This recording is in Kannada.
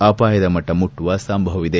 ಅಪಾಯದ ಮಟ್ಟ ಮುಟ್ಟುವ ಸಂಭವವಿದೆ